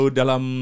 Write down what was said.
dalam